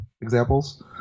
examples